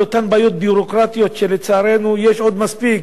אותן בעיות ביורוקרטיות שלצערנו יש עוד מספיק,